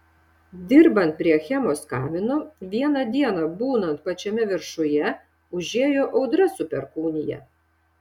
dirbant prie achemos kamino vieną dieną būnant pačiame viršuje užėjo audra su perkūnija